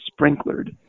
sprinklered